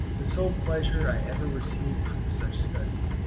the sole pleasure i ever received from such studies,